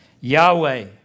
yahweh